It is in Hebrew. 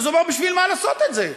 אז הוא אמר: בשביל מה לעשות את זה?